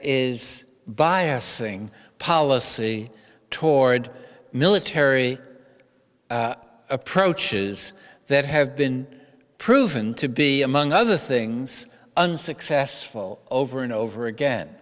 biasing policy toward military approaches that have been proven to be among other things unsuccessful over and over again